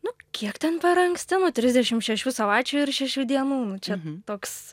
nu kiek ten per anksti nu trisdešim šešių savaičių ir šešių dienų nu čia toks